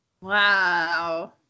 Wow